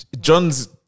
John's